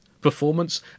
performance